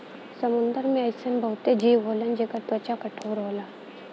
समुंदर में अइसन बहुते जीव होलन जेकर त्वचा कठोर होला